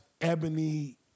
ebony